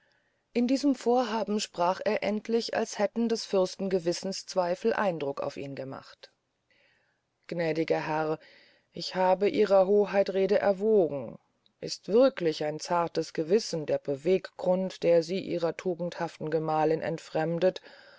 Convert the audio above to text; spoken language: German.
in diesem vorhaben sprach er endlich als hätten des fürsten gewissenszweifel eindruck auf ihn gemacht gnädiger herr ich habe ihrer hoheit reden erwogen ist wirklich ein zartes gewissen der bewegungsgrund der sie ihrer tugendhaften gemahlin entfremdet